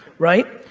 right?